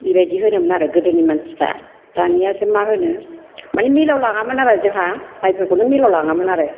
बेबायदि होनोमोन आरो गोदोनि मानसिफ्रा दानियासो मा होनो माने मिलाव लाङामोन आरो जोंहा मायफोरखौनो मिलाव लाङामोन आरो